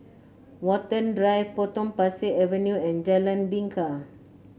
Watten Drive Potong Pasir Avenue and Jalan Bingka